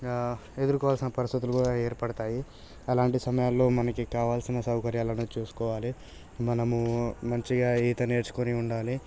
ఎదుర్కోవాల్సిన పరిస్థితులు కూడా ఏర్పడతాయి అలాంటి సమయాల్లో మనకు కావలసిన సౌకర్యాలను చూసుకోవాలి మనము మంచిగా ఈత నేర్చుకొని ఉండాలి